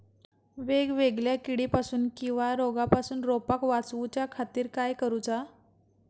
वेगवेगल्या किडीपासून किवा रोगापासून रोपाक वाचउच्या खातीर काय करूचा?